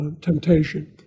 temptation